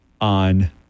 on